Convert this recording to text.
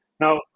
Now